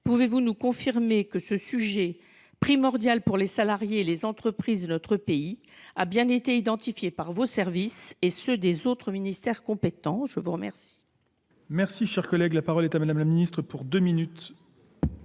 Pouvez-vous nous confirmer que ce sujet, primordial pour les salariés et les entreprises de notre pays, a bien été identifié par vos services et ceux des autres ministères compétents ? Je vous remercie.